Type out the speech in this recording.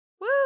Woo